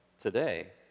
today